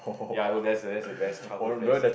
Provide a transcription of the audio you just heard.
ya I know that's the that's the best childhood place